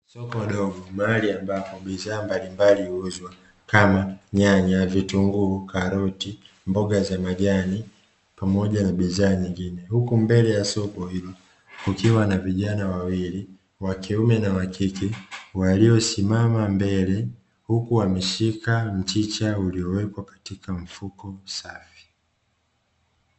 Soko dogo, mahali ambapo bidhaa mbalimbali zinauzwa kama nyanya, vitunguu, karoti, mboga za majani, pamoja na bidhaa nyingine, huku mbele ya soko hilo kukiwa na vijana wawili, wa kiume na wa kike, waliosimama mbele huku wameshika mchicha uliowekwa katika mfuko safi.